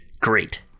great